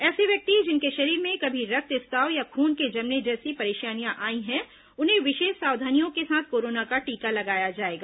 ऐसे व्यक्ति जिनके शरीर में कभी रक्त स्त्राव या खून के जमने जैसी परेशानियां आई हैं उन्हें विशेष सावधानियों के साथ कोरोना का टीका लगाया जाएगा